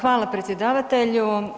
Hvala, predsjedavatelju.